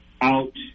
out